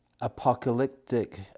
apocalyptic